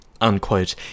unquote